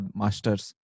master's